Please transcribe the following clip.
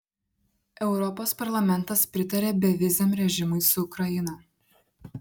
europos parlamentas pritarė beviziam režimui su ukraina